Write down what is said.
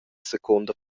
secunda